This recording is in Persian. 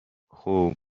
خوب